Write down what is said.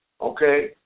Okay